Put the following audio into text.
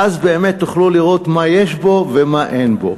ואז באמת תוכלו לראות מה יש בו ומה אין בו.